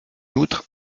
outre